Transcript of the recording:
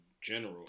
general